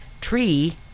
tree